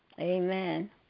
Amen